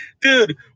dude